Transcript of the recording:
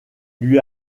lui